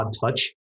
Touch